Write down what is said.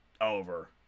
over